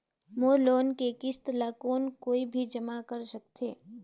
मोर loan के किस्त ल कौन कोई भी जमा कर सकथे?